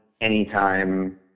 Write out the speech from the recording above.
anytime